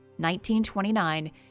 1929